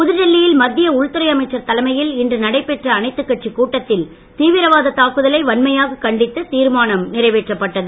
புதுடெல்லியில் மத்திய உள்துறை அமைச்சர் தலைமையில் இன்று நடைபெற்ற அனைத்துக் கட்சிக் கூட்டத்தில் தீவிரவாத தாக்குதலை வன்மையாக கண்டித்து தீர்மானம் நிறைவேற்றப்பட்டது